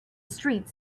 street